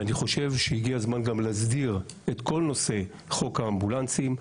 אני חושב שהגיע הזמן גם להסדיר אחת ולתמיד את כל נושא חוק האמבולנסים.